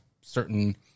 certain